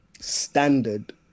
standard